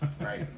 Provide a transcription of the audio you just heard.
right